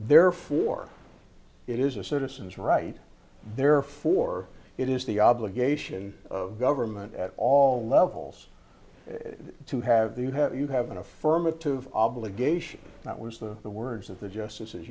therefore it is a citizen's right therefore it is the obligation of government at all levels to have the you have you have an affirmative obligation that was the the words of the justice